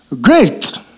Great